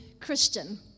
Christian